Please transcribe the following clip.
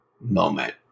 moment